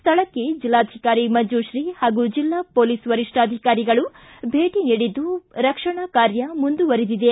ಸ್ಥಳಕ್ಕೆ ಜಿಲ್ಲಾಧಿಕಾರಿ ಮಂಜುತ್ರೀ ಹಾಗು ಜೆಲ್ಲಾ ಮೊಲೀಸ್ ವರಿಷ್ಠಾಧಿಕಾರಿಗಳು ಭೇಟ ನೀಡಿದ್ದು ರಕ್ಷಣಾ ಕಾರ್ಯ ಮುಂದುವರೆದಿದೆ